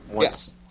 Yes